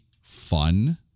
fun